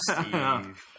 Steve